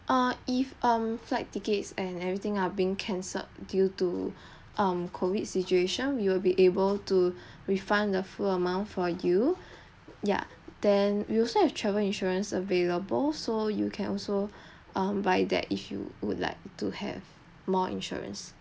uh if um flight tickets and everything are being cancelled due to um COVID situation we will be able to refund the full amount for you ya then we also have travel insurance available so you can also um buy that if you would like to have more insurance